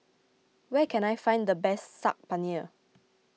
where can I find the best Saag Paneer